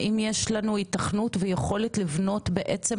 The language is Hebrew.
האם יש לנו ייתכנות ויכולת לבנות בעצם